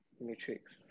Matrix